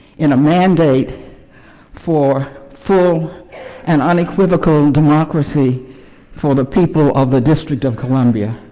in a mandate for full and unequivocable democracy for the people of the district of columbia.